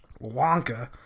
Wonka